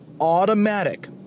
automatic